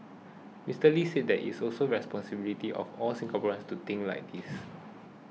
Mister Lee said that it is also the responsibility of all Singaporeans to think like this